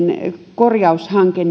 korjaushanketta